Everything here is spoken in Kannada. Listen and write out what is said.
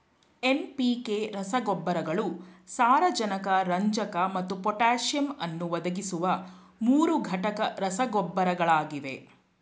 ಎನ್.ಪಿ.ಕೆ ರಸಗೊಬ್ಬರಗಳು ಸಾರಜನಕ ರಂಜಕ ಮತ್ತು ಪೊಟ್ಯಾಸಿಯಮ್ ಅನ್ನು ಒದಗಿಸುವ ಮೂರುಘಟಕ ರಸಗೊಬ್ಬರಗಳಾಗಿವೆ